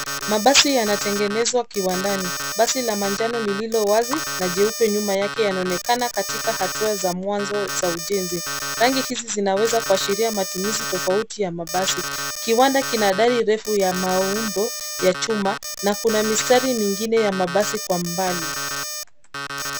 Mabasi yanatengenezwa kiwandani. Basi la manjano lililowazi na jeupe nyuma yake yanaonekana katika hatua za mwanzo za ujenzi. Rangi hizi zinaweza kuashiria matumizi tofauti ya mabasi. Kiwanda kina dari refu ya maumbo ya chuma na kuna mistari mingine ya mabasi kwa mbali.